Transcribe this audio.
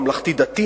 ממלכתי-דתי,